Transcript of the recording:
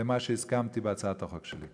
למה הסכמתי בהצעת החוק שלי.